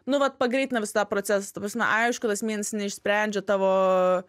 nu vat pagreitina visą tą procesą ta prasme aišku tas mėnesis neišsprendžia tavo